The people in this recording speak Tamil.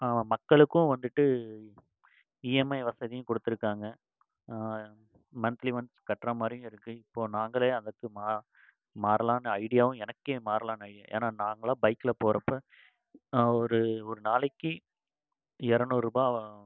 மக்களுக்கும் வந்துட்டு இஎம்ஐ வசதியும் கொடுத்துருக்காங்க மந்த்லி ஒன்ஸ் கட்டுறா மாதிரியும் இருக்குது இப்போது நாங்களே இதுக்கு மா மாறலாம்னு ஐடியாவும் எனக்கே மாறலாம்னு ஐடியா ஏனால் நாங்களெலாம் பைக்கில் போகிறப்ப ஒரு ஒரு நாளைக்கு இரநூறுபா வா